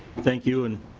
thank you. and